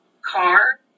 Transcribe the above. car